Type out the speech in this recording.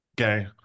Okay